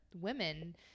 women